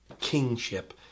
kingship